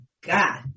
god